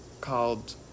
called